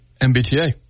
MBTA